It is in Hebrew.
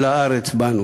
אל הארץ באנו.